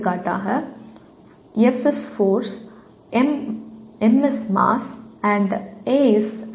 எடுத்துக்காட்டாக F is force mass is m and acceleration is a